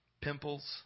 pimples